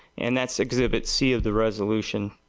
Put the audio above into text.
and that's exhibit c of the resolution.